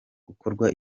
gukorwa